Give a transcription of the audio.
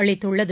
அளித்துள்ளது